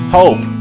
hope